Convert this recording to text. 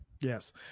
Yes